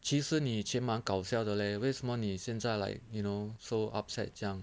其实你前蛮搞笑的 leh 为什么你现在 like you know so upset 这样